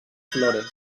flores